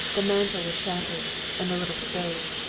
the mantel was shattered and the little stove.